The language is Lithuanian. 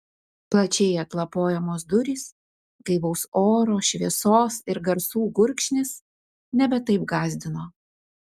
plačiai atlapojamos durys gaivaus oro šviesos ir garsų gurkšnis nebe taip gąsdino